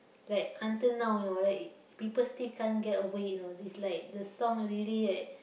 like until now you know like people still can't get over it you know this like the song really like